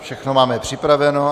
Všechno máme připraveno.